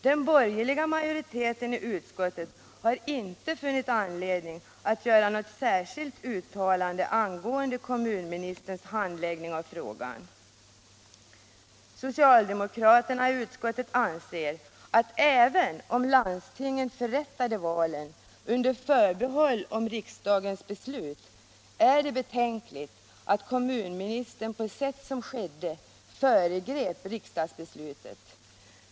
Den borgerliga majoriteten i utskottet har inte funnit anledning att göra något särskilt uttalande angående kommunministerns handläggning av frågan. Socialdemokraterna i utskottet anser att även om landstingen förrättat valen under förbehåll om riksdagens beslut, är det betänkligt att kommunministern på sätt som skedde föregrep riksdagsbeslutet.